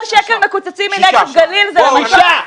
שקל שמקוצצים מהנגב ומהגליל פה,